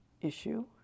issue